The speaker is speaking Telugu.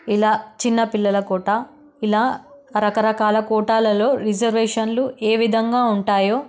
ఇలా చిన్న పిల్లల కోటా ఇలా రకరకాల కోటాలలో రిజర్వేషన్లో ఏ విధంగా ఉంటాయో